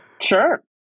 sure